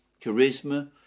charisma